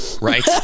Right